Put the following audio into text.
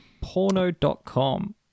porno.com